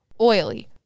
oily